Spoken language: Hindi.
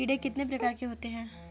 कीड़े कितने प्रकार के होते हैं?